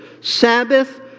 Sabbath